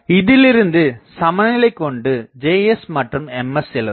இதிலிருந்து சமநிலை கொண்டு Js மற்றும் Ms எழுதலாம்